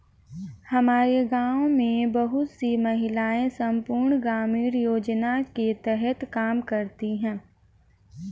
हमारे गांव में बहुत सी महिलाएं संपूर्ण ग्रामीण रोजगार योजना के तहत काम करती हैं